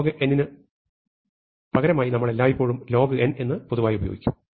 log2 വിന് പകരമായി നമ്മൾ എല്ലായ്പ്പോഴും log എന്ന് പൊതുവായി ഉപയോഗിക്കും